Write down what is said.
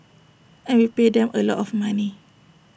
and we pay them A lot of money